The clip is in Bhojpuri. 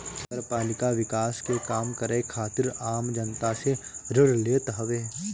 नगरपालिका विकास के काम करे खातिर आम जनता से ऋण लेत हवे